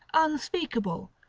unspeakable,